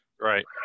Right